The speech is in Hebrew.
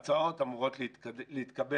הצעות אמורות להתקבל